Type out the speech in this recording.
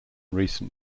recent